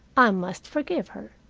i must forgive her.